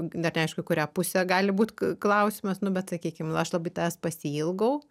dar neaišku į kurią pusę gali būt klausimas nu bet sakykim aš labai tavęs pasiilgau